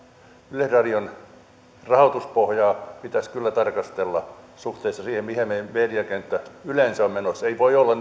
yleisradion rahoituspohjaa pitäisi kyllä tarkastella suhteessa siihen mihin meidän mediakenttä yleensä on menossa ei voi olla